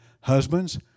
Husbands